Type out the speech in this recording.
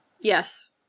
Yes